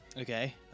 Okay